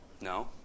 No